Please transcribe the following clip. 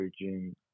June